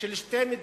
של שתי מדינות,